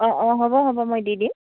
অঁ অঁ হ'ব হ'ব মই দি দিম